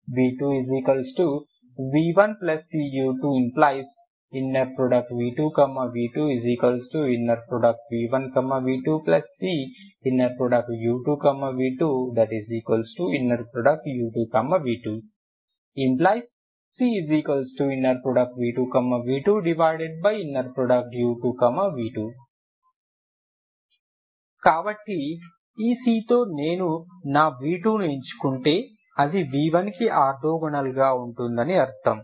v2v1cu2 ⇒ v2v2 v1v2cu2v2cu2v2 ⇒ cv2v2u2v2 కాబట్టి ఈ c తో నేను నా v2 ని ఎంచుకుంటే అది v1 కి ఆర్తోగోనల్ ఉంటుందని అర్థం